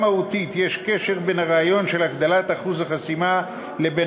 גם מהותית יש קשר בין הרעיון של הגדלת אחוז החסימה לבין